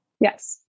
yes